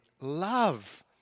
love